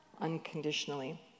unconditionally